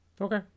Okay